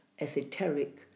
esoteric